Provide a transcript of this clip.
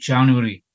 January